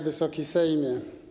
Wysoki Sejmie!